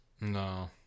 No